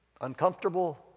uncomfortable